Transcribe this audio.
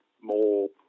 more